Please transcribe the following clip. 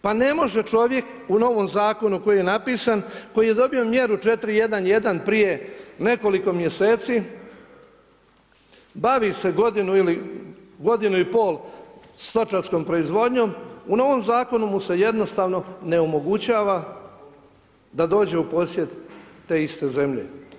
Pa ne može čovjek u novom zakonu koji je napisan koji je dobio mjeru 4.1.1. prije nekoliko mjeseci bavi se godinu ili godinu i pol stočarskom proizvodnjom, u novom zakonu mu se jednostavno ne omogućava da dođe u posjed te iste zemlje.